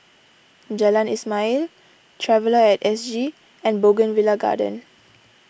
Jalan Ismail Traveller at S G and Bougainvillea Garden